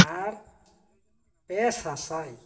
ᱟᱨ ᱯᱮ ᱥᱟᱥᱟᱭ